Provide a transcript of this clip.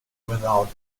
without